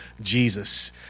Jesus